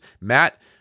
Matt